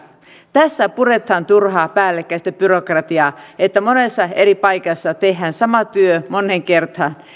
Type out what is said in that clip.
tässä puretaan turhaa päällekkäistä byrokratiaa kun monessa eri paikassa tehdään sama työ moneen kertaan